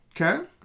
okay